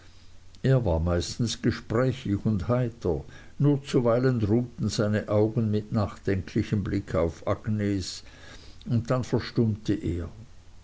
er war meistens gesprächig und heiter nur zuweilen ruhten seine augen mit nachdenklichem blick auf agnes und dann verstummte er